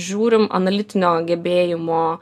žiūrim analitinio gebėjimo